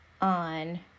on